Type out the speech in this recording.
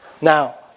Now